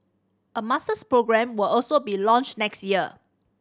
a masters programme will also be launched next year